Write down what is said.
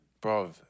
bro